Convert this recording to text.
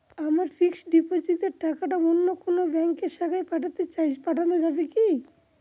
আমার ফিক্সট ডিপোজিটের টাকাটা অন্য কোন ব্যঙ্কের শাখায় পাঠাতে চাই পাঠানো যাবে কি?